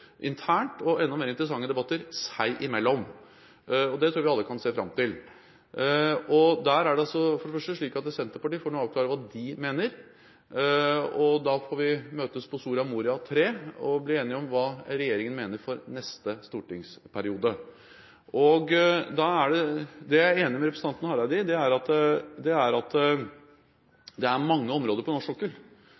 internt og enda mer interessante debatter seg imellom. Det tror jeg vi alle kan se fram til. Senterpartiet får avklare hva de mener, og så får vi møtes på Soria Moria III og bli enige om hva regjeringen mener for neste stortingsperiode. Jeg er enig med representanten Hareide i at det er mange områder på norsk sokkel, og at det kanskje har vært framstilt som om det er